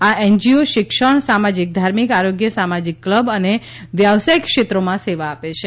આ એનજીઓ શિક્ષણ સામાજિક ધાર્મિક આરોગ્ય સામાજિક ક્લબ અને વ્યાવસાયિક ક્ષેત્રોમાં સેવા આપે છે